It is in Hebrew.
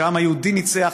שהעם היהודי ניצח.